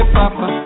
papa